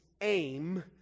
aim